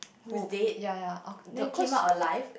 who ya ya >UNK> the cause